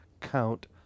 count